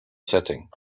setting